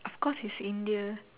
of course it's India